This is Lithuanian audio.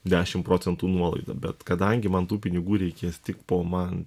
dešim procentų nuolaidą bet kadangi man tų pinigų reikės tik po man